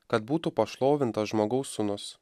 kad būtų pašlovintas žmogaus sūnus